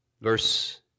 Verse